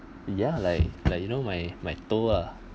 ya like like you know my my toe ah